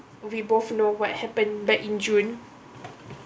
we both know what happened back in june